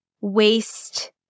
waste